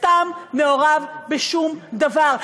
סתם מעורב בשום דבר,